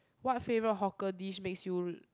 what favourite hawker dish makes you